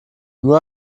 nur